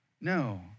No